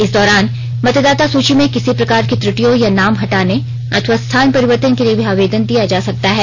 इस दौरान मतदाता सूची में किसी प्रकार की त्रटियों या नाम हटाने अथवा स्थान परिवर्तन के लिए भी आवेदन दिया जा सकता है